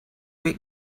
big